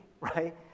right